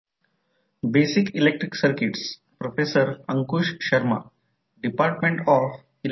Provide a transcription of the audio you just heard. तर आता हे सर्व आहे हे सर्व आणि नॉमेनक्लेचर खाली दिले आहे